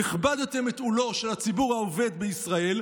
הכבדתם את עולו של הציבור העובד בישראל.